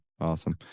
Awesome